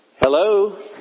Hello